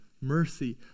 mercy